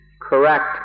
correct